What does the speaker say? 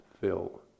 fill